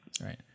right